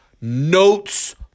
notes